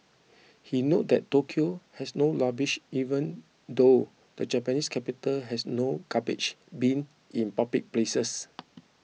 he noted that Tokyo has no rubbish even though the Japanese capital has no garbage bin in public places